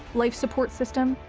life support system,